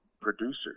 producers